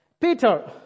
Peter